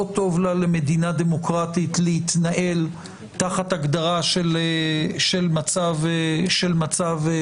לא טוב לה למדינה דמוקרטית להתנהל תחת הגדרה של מצב חירום.